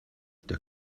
der